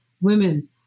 women